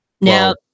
Now